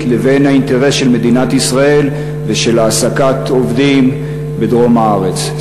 לבין האינטרס של מדינת ישראל ושל העסקת עובדים בדרום הארץ.